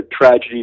tragedy